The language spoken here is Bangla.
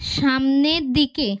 সামনের দিকে